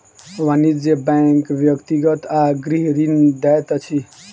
वाणिज्य बैंक व्यक्तिगत आ गृह ऋण दैत अछि